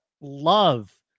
love